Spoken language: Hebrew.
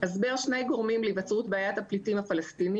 הסבר שני גורמים להיווצרות בעיית הפליטים הפלסטיים